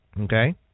Okay